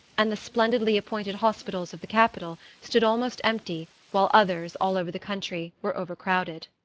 and the splendidly appointed hospitals of the capital stood almost empty, while others, all over the country, were overcrowded.